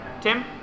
Tim